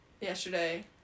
yesterday